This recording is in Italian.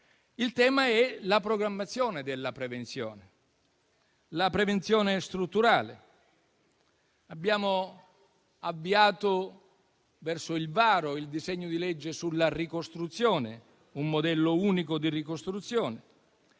Il tema è la programmazione della prevenzione, la prevenzione strutturale. Abbiamo avviato verso il varo il disegno di legge sulla ricostruzione, con un modello unico di ricostruzione.